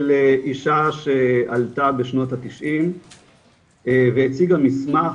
של אישה שעלתה בשנות ה-90 והציגה מסמך,